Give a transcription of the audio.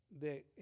de